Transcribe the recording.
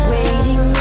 Waiting